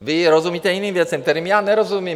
Vy rozumíte jiným věcem, kterým já nerozumím.